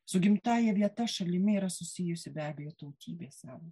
su gimtąja vieta šalimi yra susijusi be abejo tautybė sąvoka